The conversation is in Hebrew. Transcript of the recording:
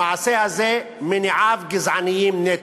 המעשה הזה, מניעיו גזעניים נטו.